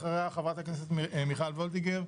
ואחריה חברת הכנסת מיכל וולדיגר,